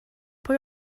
pwy